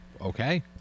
Okay